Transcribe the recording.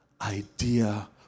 idea